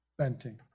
Benting